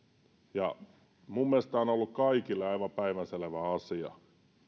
minun mielestäni tämä on ollut kaikille aivan päivänselvä asia